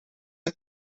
een